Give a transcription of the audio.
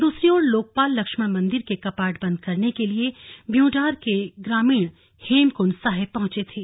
दूसरी ओर लोकपाल लक्ष्मण मंदिर के कपाट बंद करने के लिए भ्यूंडार के ग्रामीण हेमकुंड साहिब पहुंचे थे